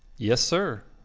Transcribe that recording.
yes, sir.